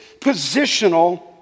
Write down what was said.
positional